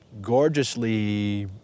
gorgeously